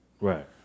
right